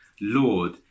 Lord